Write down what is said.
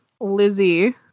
Lizzie